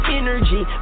energy